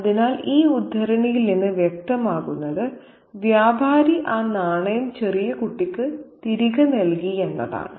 അതിനാൽ ഈ ഉദ്ധരണിയിൽ നിന്ന് വ്യക്തമാകുന്നത് വ്യാപാരി ആ നാണയം ചെറിയ കുട്ടിക്ക് തിരികെ നൽകിയെന്നാണ്